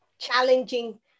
challenging